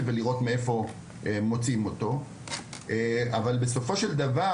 ולראות מאיפה מוצאים אותו אבל בסופו של דבר,